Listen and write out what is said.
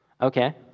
Okay